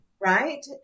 right